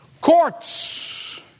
courts